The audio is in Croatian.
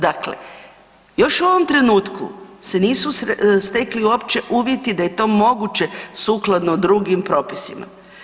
Dakle, još u ovom trenutku se nisu stekli uopće uvjeti da je to moguće sukladno drugim propisima.